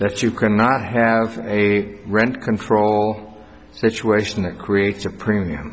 that you cannot have a rent control situation that creates a premium